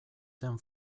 zen